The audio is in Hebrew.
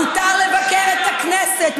מותר לבקר את הכנסת,